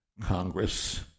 Congress